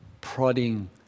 prodding